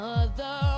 Mother